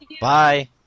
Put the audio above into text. Bye